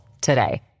today